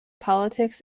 politics